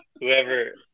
Whoever